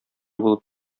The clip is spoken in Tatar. булып